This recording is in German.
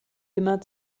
immer